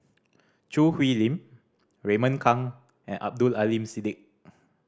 Choo Hwee Lim Raymond Kang and Abdul Aleem Siddique